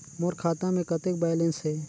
मोर खाता मे कतेक बैलेंस हे?